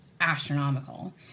astronomical